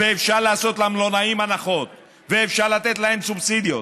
ואפשר לעשות למלונאים הנחות ואפשר לתת להם סובסידיות,